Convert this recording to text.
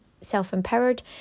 self-empowered